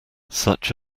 such